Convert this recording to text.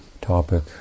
topic